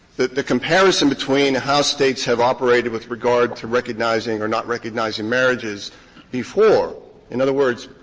the the comparison between how states have operated with regard to recognizing or not recognizing marriages before, in other words,